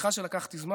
סליחה שלקחתי זמן.